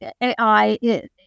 AI